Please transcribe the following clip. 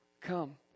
come